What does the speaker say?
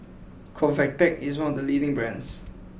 Convatec is one of the leading brands